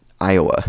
Iowa